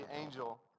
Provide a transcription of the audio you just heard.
angel